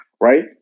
right